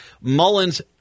Mullins